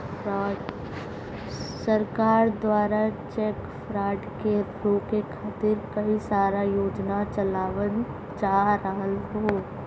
सरकार दवारा cheque fraud के रोके खातिर कई सारा योजना चलावल जा रहल हौ